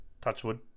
Touchwood